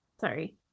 Sorry